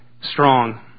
strong